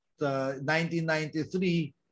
1993